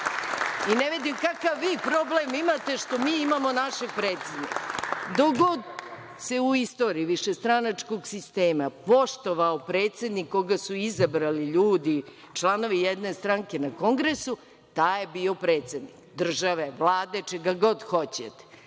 i ne vidim kakav vi problem imate što mi imamo našeg predsednika. Dok god se u istoriji višestranačkog sistema poštovao predsednik koga su izabrali ljudi, članovi jedne stranke na kongresu, taj je bio predsednik države, vlade, čega god hoćete.